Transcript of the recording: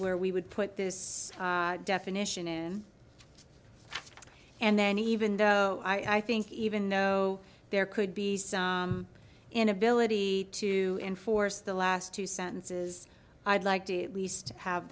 where we would put this definition in and then even though i think even though there could be some inability to enforce the last two sentences i'd like to least have